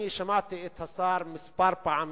שמעתי את השר אומר כמה פעמים,